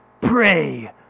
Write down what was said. Pray